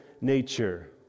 nature